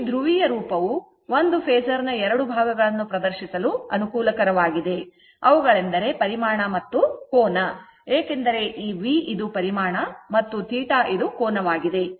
ಈ ಧ್ರುವೀಯ ರೂಪವು ಒಂದು ಫೇಸರ್ ನ 2 ಭಾಗಗಳನ್ನು ಪ್ರದರ್ಶಿಸಲು ಅನುಕೂಲಕರವಾಗಿದೆ ಅವುಗಳೆಂದರೆ ಪರಿಮಾಣ ಮತ್ತು ಕೋನ ಏಕೆಂದರೆ ಈ v ಪರಿಮಾಣ ಮತ್ತು θ ಕೋನವಾಗಿದೆ